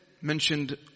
mentioned